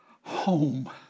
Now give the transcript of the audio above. Home